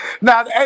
Now